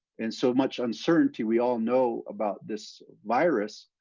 and so, much uncertainty, we all know, about this virus,